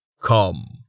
Come